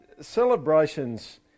celebrations